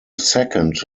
second